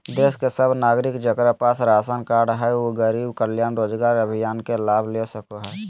देश के सब नागरिक जेकरा पास राशन कार्ड हय उ गरीब कल्याण रोजगार अभियान के लाभ ले सको हय